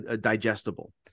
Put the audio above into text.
digestible